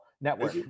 network